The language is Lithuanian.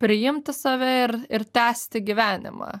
priimti save ir ir tęsti gyvenimą